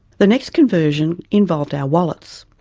the next conversion involved our wallets.